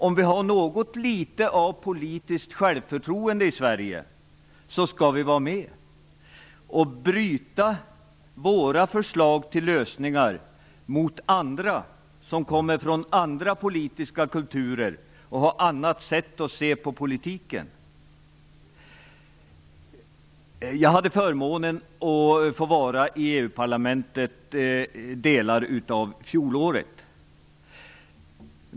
Om vi har något litet av politiskt självförtroende i Sverige skall vi vara med. Vi skall bryta våra förslag till lösningar mot andra, som kommer från andra politiska kulturer och som har ett annat sätt att se på politiken. Jag hade förmånen att få vara i EU-parlamentet under delar av fjolåret.